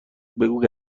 بگو